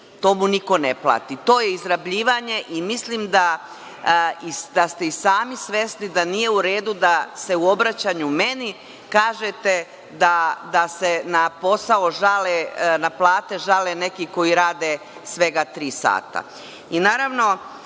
to mu niko ne plati. To je izrabljivanje i mislim da ste i sami svesni da nije u redu da se u obraćanju meni kažete da se na plate žale neki koji rade svega tri sata. Naravno,